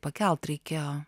pakelt reikėjo